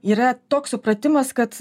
yra toks supratimas kad